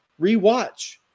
rewatch